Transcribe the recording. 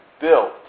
built